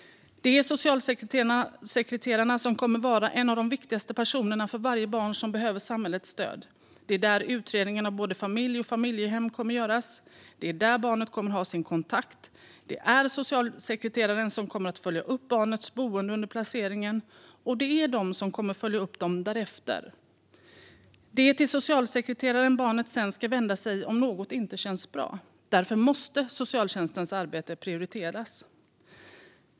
Socialsekreterarna är bland de viktigaste personerna för varje barn som behöver samhällets stöd. Det är där utredningen av både familj och familjehem görs. Det är där barnet har sin kontakt. Det är socialsekreterarna som kommer att följa upp barnens boende under placeringen, och det är de som kommer att följa upp dem därefter. Det är till socialsekreteraren barnet ska vända sig om något inte känns bra. Därför måste socialtjänstens arbete prioriteras.